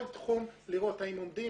כל תחום לראות האם עומדים,